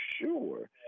sure